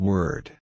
Word